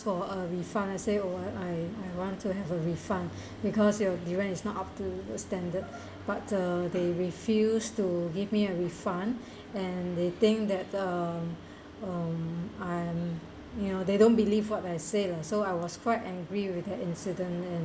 for a refund I say oh I I I want to have a refund because your durian is not up to the standard but uh they refuse to give me a refund and they think that um you know they don't believe what I say lah so I was quite angry with that incident